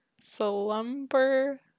Slumber